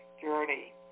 journey